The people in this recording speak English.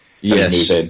Yes